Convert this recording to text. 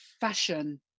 fashion